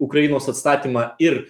ukrainos atstatymą ir